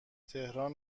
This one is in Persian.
تهران